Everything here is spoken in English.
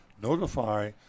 notify